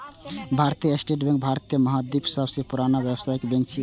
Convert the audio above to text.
भारतीय state bank भारतीय महाद्वीपक सबसं पुरान व्यावसायिक बैंक छियै